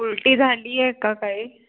उलटी झाली आहे का काही